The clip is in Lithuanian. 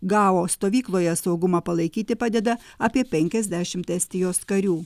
gao stovykloje saugumą palaikyti padeda apie penkiasdešim estijos karių